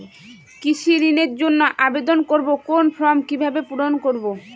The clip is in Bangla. কৃষি ঋণের জন্য আবেদন করব কোন ফর্ম কিভাবে পূরণ করব?